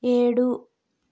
ఏడు